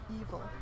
evil